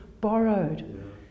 borrowed